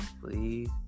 Please